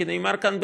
כי נאמר כאן,